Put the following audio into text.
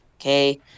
okay